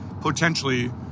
potentially